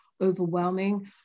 overwhelming